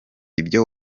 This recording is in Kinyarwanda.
ibyo